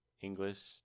English